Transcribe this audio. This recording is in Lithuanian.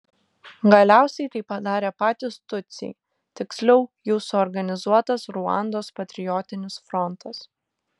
galiausiai tai padarė patys tutsiai tiksliau jų suorganizuotas ruandos patriotinis frontas